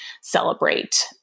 celebrate